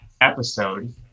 episode